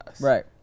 Right